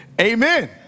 amen